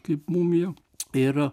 kaip mumija ir